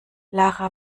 lara